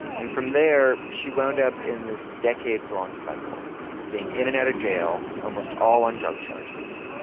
and from there, she wound up in this decades-long cycle of being in and out of jail, almost all on drug charges.